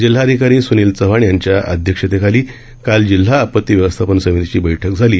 जिल्हाधिकारी सुनील चव्हाण यांच्या अध्यक्षतेखाली काल जिल्हा आपती व्यवस्थापन समितीची बैठक झाली